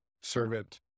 servant